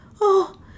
Oh